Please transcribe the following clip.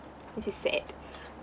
which is sad